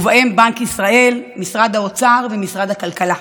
ובהם בנק ישראל, משרד האוצר ומשרד הכלכלה.